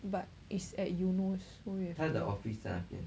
but is at eunos so we have to